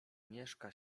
mieszka